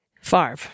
Favre